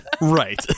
right